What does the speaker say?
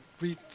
read